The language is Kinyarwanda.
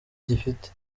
gifite